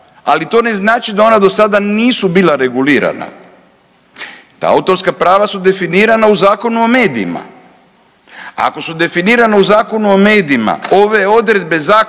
ali to ne znači da ona do sada nisu bila regulirana. Ta autorska prava su definirana u Zakonu o medijima. Ako su definirana u Zakonu o medijima, ove odredbe zakona